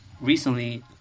recently